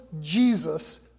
Jesus